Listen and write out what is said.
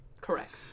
correct